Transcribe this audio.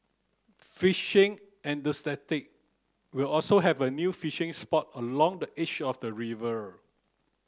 fishing will also have a new fishing spot along the edge of the